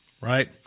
Right